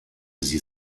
sie